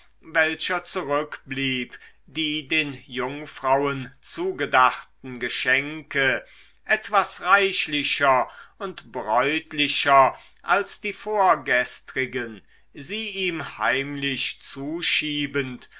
welcher zurückblieb die den jungfrauen zugedachten geschenke etwas reichlicher und bräutlicher als die vorgestrigen sie ihm heimlich zuschiebend